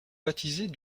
baptisée